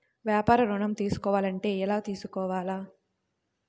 వ్యాపార ఋణం తీసుకోవాలంటే ఎలా తీసుకోవాలా?